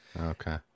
okay